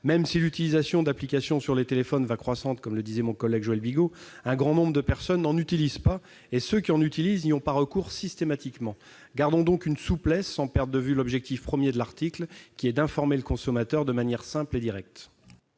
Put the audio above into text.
Même si l'utilisation d'applications sur téléphone va croissant, comme vient de le souligner notre collègue Joël Bigot, un grand nombre de personnes ne les utilisent pas, et ceux qui les utilisent n'y ont pas recours systématiquement. Gardons donc une souplesse, sans perdre de vue l'objectif premier de l'article : informer le consommateur de manière simple et directe.